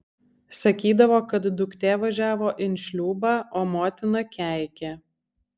sakydavo kad duktė važiavo in šliūbą o motina keikė